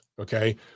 okay